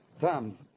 Tom